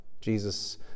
Jesus